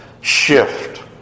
shift